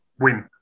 Win